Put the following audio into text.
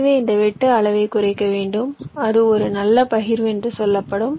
எனவே இந்த வெட்டு அளவை குறைக்க வேண்டும் அது ஒரு நல்ல பகிர்வு என்று அழைக்கப்படும்